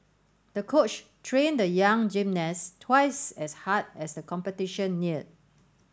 the coach trained the young gymnast twice as hard as the competition neared